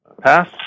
Pass